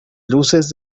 luces